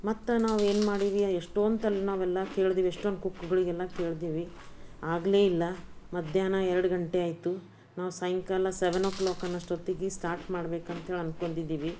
ಮತ್ತು ನಾವು ಏನು ಮಾಡೀವಿ ಎಷ್ಟೊಂದೆಲ್ಲ ನಾವೆಲ್ಲ ಕೇಳಿದ್ವಿ ಎಷ್ಟೊಂದು ಕುಕ್ಕುಗಳಿಗೆಲ್ಲ ಕೇಳಿದ್ವಿ ಆಗಲೇ ಇಲ್ಲ ಮಧ್ಯಾಹ್ನ ಎರಡು ಗಂಟೆ ಆಯಿತು ನಾವು ಸಾಯಂಕಾಲ ಸೆವೆನ್ ಓ ಕ್ಲಾಕ್ ಅನ್ನೋ ಅಷ್ಟೊತ್ತಿಗೆ ಸ್ಟಾರ್ಟ್ ಮಾಡ್ಬೇಕಂಥೇಳಿ ಅಂದ್ಕೊಂಡಿದ್ದೀವಿ